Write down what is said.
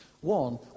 One